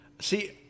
See